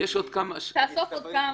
מצטברות שאלות --- תאסוף עוד כמה.